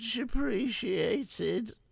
appreciated